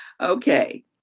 Okay